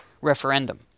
referendum